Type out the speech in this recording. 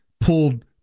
pulled